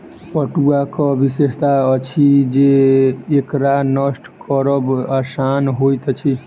पटुआक विशेषता अछि जे एकरा नष्ट करब आसान होइत अछि